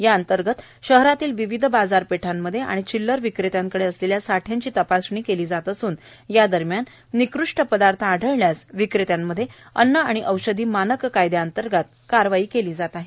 याअंतर्गत शहरातील विविध बाजारपेठांमध्ये आणि चिल्लर विक्रेत्यांकडे असलेल्या साठ्यांची तपासणी केली जात असून यादरम्यान निकृष्ठ पदार्थ आढळल्यास विक्रेत्यांमध्ये अन्न आणि औषधी मानक कायद्यांतर्गत कारवाई केली जात आहे